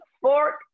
fork